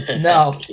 No